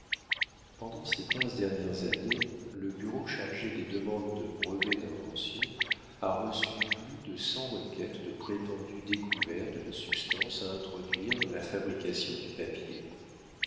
pendant ces quinze dernières années le bureau chargé des demandes de brevets d'invention a reçu plus de cent requêtes de prétendues découvertes de substances à introduire dans la fabrication du papier